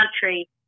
country